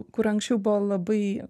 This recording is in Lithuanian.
kur anksčiau buvo labai